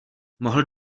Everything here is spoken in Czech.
mohl